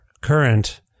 current